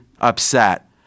upset